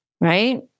right